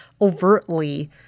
overtly